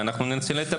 וננסה לטפל בזה.